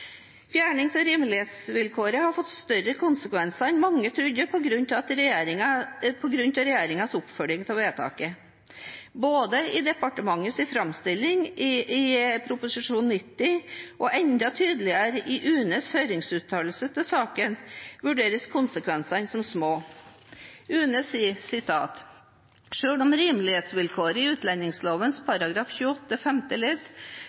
Fjerning av rimelighetsvilkåret har fått større konsekvenser enn mange trodde, på grunn av regjeringens oppfølging av vedtaket. Både i departementets framstilling i Prop. 90 L for 2015–2016 og enda tydeligere i UNEs høringsuttalelse til saken vurderes konsekvensene som små. UNE sier: «Selv om rimelighetsvilkåret i utlendingsloven § 28 femte ledd